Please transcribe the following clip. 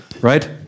right